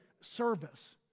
service